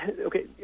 okay